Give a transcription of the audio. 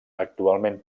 actualment